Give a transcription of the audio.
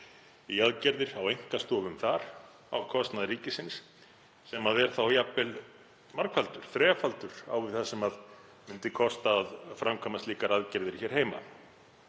í aðgerðir á einkastofum þar á kostnað ríkisins, sem er þá jafnvel margfaldur, þrefaldur á við það sem myndi kosta að framkvæma slíkar aðgerðir hér heima.